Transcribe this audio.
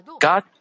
God